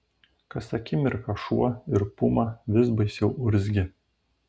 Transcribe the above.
kas akimirką šuo ir puma vis baisiau urzgė